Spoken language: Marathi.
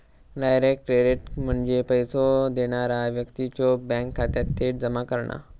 डायरेक्ट क्रेडिट म्हणजे पैसो देणारा व्यक्तीच्यो बँक खात्यात थेट जमा करणा